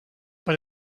but